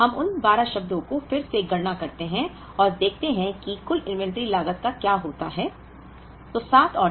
इसलिए हम उन 12 शब्दों को फिर से गणना करते हैं और देखते हैं कि कुल इन्वेंट्री लागत का क्या होता है